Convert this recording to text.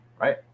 right